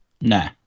Nah